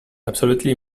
absolutely